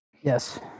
Yes